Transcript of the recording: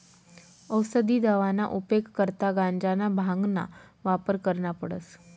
औसदी दवाना उपेग करता गांजाना, भांगना वापर करना पडस